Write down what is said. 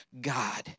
God